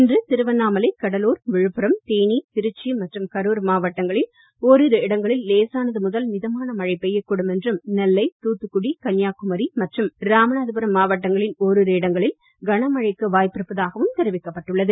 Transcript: இன்று திருவண்ணாமலை கடலூர் விழுப்புரம் தேனி திருச்சி மற்றும் கரூர் மாவட்டங்களின் ஓரிரு இடங்களில் லேசானது முதல் மிதமான மழை பெய்யக் கூடும் என்றும் நெல்லை தூத்துக்குடி கன்னியாகுமரி மற்றும் ராமநாதபுரம் மாவட்டங்களின் ஓரிரு இடங்களில் கனமழைக்கு வாய்ப்பு இருப்பதாகவும் தெரிவிக்கப்பட்டுள்ளது